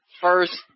First